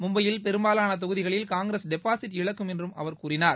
மும்பையில் பெரும்பாலான தொகுதிகளில் காங்கிரஸ் டெபாஸிட் இழக்கும் என்றும் அவர் கூறினார்